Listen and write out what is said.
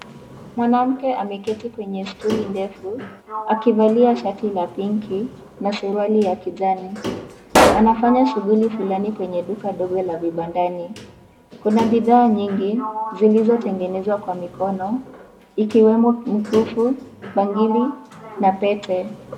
Mwanamke ameketi kwenye stuli ndefu akivalia shati la pinki na suruali ya kijani anafanya shughuli fulani kwenye duka dogo la vibandani, kuna bidhaa nyingi zilizotengenezwa kwa mikono ikiwemo mikufu bangili na Pete.